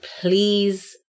Please